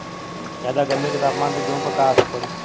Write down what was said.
ज्यादा गर्मी के तापमान से गेहूँ पर का असर पड़ी?